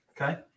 okay